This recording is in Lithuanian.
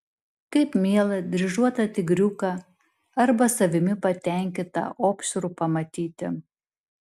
kaip mielą dryžuotą tigriuką arba savimi patenkintą opšrų pamatyti